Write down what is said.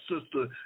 sister